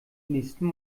nächsten